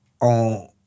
on